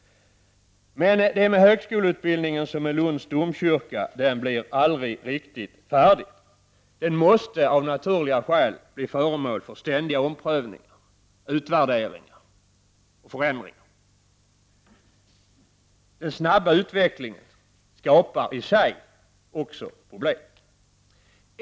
Men det är med högskoleutbildningen som med Lunds domkyrka: den blir aldrig riktigt färdig. Den måste av naturliga skäl bli föremål för ständiga omprövningar, utvärderingar och förändringar. Den snabba utvecklingen skapar i sig också problem.